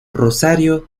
rosario